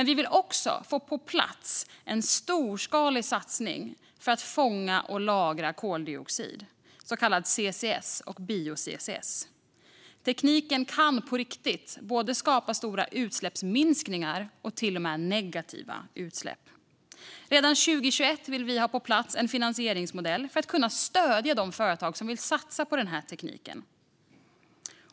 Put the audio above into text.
Vi vill också få på plats en storskalig satsning på att fånga och lagra koldioxid, så kallad CCS och bio-CCS. Tekniken kan på riktigt skapa både stora utsläppsminskningar och till och med negativa utsläpp. Redan 2021 vill vi ha en finansieringsmodell på plats för att kunna stödja de företag som vill satsa på den här tekniken.